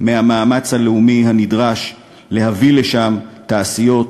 מהמאמץ הלאומי הנדרש כדי להביא לשם תעשיות,